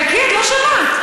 חכי, את לא שמעת.